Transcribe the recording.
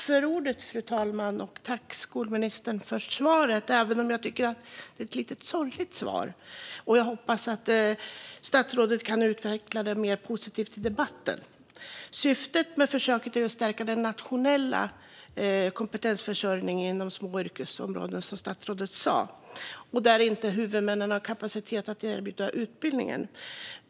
Fru talman! Tack, skolministern, för svaret, även om jag tycker att det är ett lite sorgligt svar! Jag hoppas att statsrådet kan utveckla det mer positivt i debatten. Syftet med försöket är, som statsrådet sa, att stärka den nationella kompetensförsörjningen inom små yrkesområden där inte huvudmännen har kapacitet att erbjuda utbildningen.